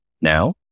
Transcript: now